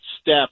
step